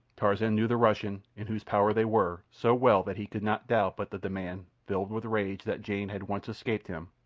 tarzan knew the russian, in whose power they were, so well that he could not doubt but that the man, filled with rage that jane had once escaped him,